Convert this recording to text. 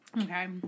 Okay